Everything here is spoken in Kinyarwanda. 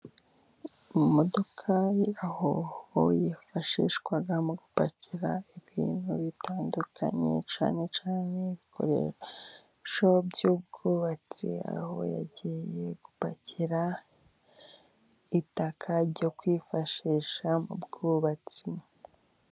Mu modoka ya Hoho yifashishwa mu gupakira ibintu bitandukanye cyane cyane ibikoresho by'ubwubatsi aho yagiye gupakira itaka ryo kwifashisha mu bwubatsi.